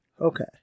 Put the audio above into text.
Okay